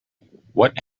what